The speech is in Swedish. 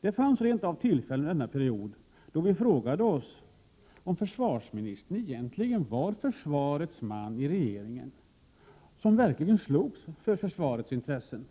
Det fanns rent av tillfällen under denna period då vi frågade oss om försvarsministern egentligen var försvarets man i regeringen och verkligen slogs för försvarets intressen.